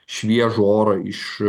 šviežų orą iš